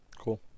Cool